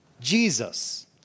Jesus